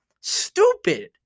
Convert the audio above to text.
Stupid